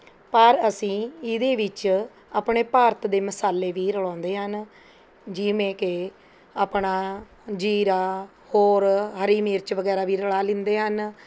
ਪਰ ਅਸੀਂ ਇਹਦੇ ਵਿੱਚ ਆਪਣੇ ਭਾਰਤ ਦੇ ਮਸਾਲੇ ਵੀ ਰਲਾਉਂਦੇ ਹਨ ਜਿਵੇਂ ਕਿ ਆਪਣਾ ਜ਼ੀਰਾ ਹੋਰ ਹਰੀ ਮਿਰਚ ਵਗੈਰਾ ਵੀ ਰਲਾ ਲੈਂਦੇ ਹਨ